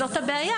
זאת הבעיה,